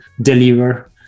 deliver